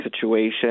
situation